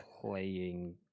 playing